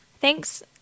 Thanks